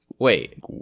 Wait